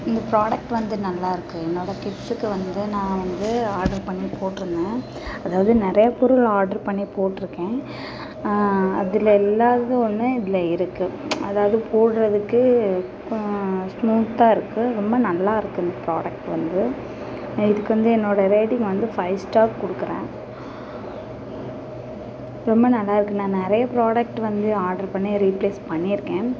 இந்த ப்ராடக்ட் வந்து நல்லாயிருக்கு என்னோடய கிட்ஸ்ஸுக்கு வந்து நான் வந்து ஆடர் பண்ணி போட்டுருந்தேன் அதாவது நிறைய பொருள் ஆடர் பண்ணி போட்டுருக்கேன் அதில் இல்லாதது ஒன்று இதில் இருக்குது அதாவது போடுறதுக்கு ஸ்மூத்தாக இருக்குது ரொம்ப நல்லாயிருக்கு இந்த ப்ராடக்ட் வந்து இதுக்கு வந்து என்னோடய ரேட்டிங் வந்து ஃபைவ் ஸ்டார் கொடுக்குறேன் ரொம்ப நல்லாயிருக்கு நான் நிறைய ப்ராடக்ட் வந்து ஆடர் பண்ணி ரீப்ளேஸ் பண்ணியிருக்கேன்